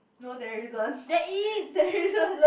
no there isn't there isn't